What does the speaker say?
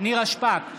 נירה שפק,